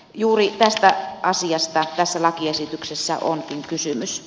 juuri tästä asiasta tässä lakiesityksessä onkin kysymys